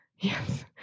Yes